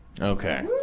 Okay